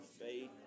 faith